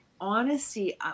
honesty